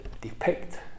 depict